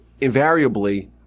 invariably